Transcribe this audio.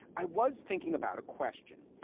i was thinking about a question,